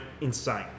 insane